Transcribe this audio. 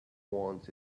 wants